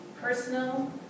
personal